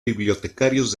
bibliotecarios